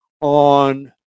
on